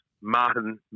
Martin